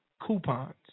coupons